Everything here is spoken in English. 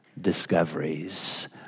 discoveries